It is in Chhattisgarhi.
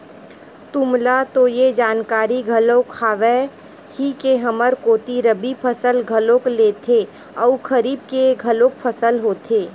तुमला तो ये जानकारी घलोक हावे ही के हमर कोती रबि फसल घलोक लेथे अउ खरीफ के घलोक फसल होथे